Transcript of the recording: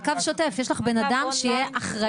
מעקב שוטף זה שיש לך בן אדם שיהיה אחראי,